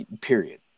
Period